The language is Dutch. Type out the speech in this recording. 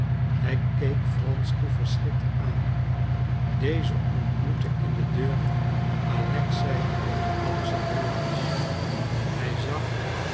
hij keek wronsky verschrikt aan deze ontmoette in de deur alexei alexandrowitsch hij zag